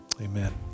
Amen